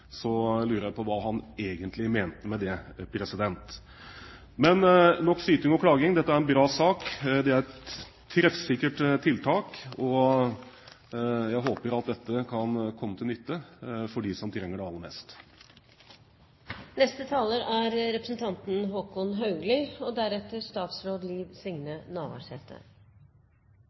lurer jeg på hva han egentlig mente med det. Men nok syting og klaging – dette er en bra sak, det er et treffsikkert tiltak, og jeg håper at dette kan komme til nytte for dem som trenger det aller mest. La meg først slutte meg til siste talers sluttappell: nok syting og